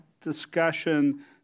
discussion